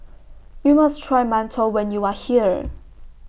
YOU must Try mantou when YOU Are here